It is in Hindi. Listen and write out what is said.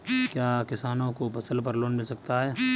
क्या किसानों को फसल पर लोन मिल सकता है?